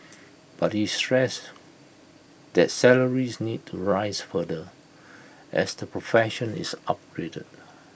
but he stressed that salaries need to rise further as the profession is upgraded